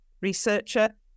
researcher